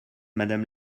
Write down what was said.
madame